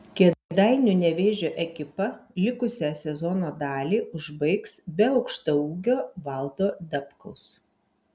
kėdainių nevėžio ekipa likusią sezono dalį užbaigs be aukštaūgio valdo dabkaus